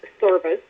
service